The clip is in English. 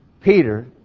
Peter